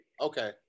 okay